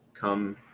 come